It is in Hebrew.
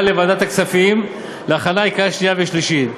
לוועדת הכספים להכנה לקריאה שנייה ושלישית.